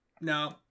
no